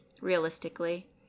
realistically